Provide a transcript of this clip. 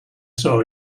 saw